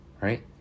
Right